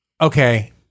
Okay